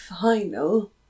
final